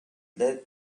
let